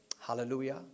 Hallelujah